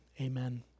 Amen